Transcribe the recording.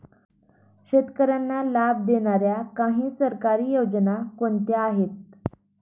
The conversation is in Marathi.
शेतकऱ्यांना लाभ देणाऱ्या काही सरकारी योजना कोणत्या आहेत?